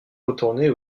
retourner